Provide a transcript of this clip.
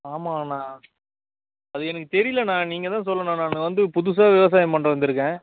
ஆமாங்கண்ணா அது எனக்கு தெரியலண்ணா நீங்கள்தான் சொல்லணும் நாங்கள் வந்து புதுசாக விவசாயம் பண்ண வந்திருக்கேன்